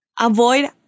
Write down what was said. Avoid